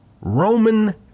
Roman